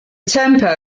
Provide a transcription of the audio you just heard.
tempo